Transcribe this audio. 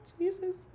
Jesus